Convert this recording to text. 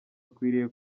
akwiriye